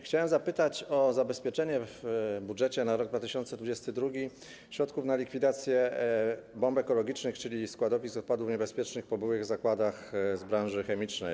Chciałem zapytać o zabezpieczenie w budżecie na rok 2022 środków na likwidację bomb ekologicznych, czyli składowisk odpadów niebezpiecznych po byłych zakładach z branży chemicznej.